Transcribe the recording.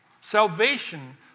Salvation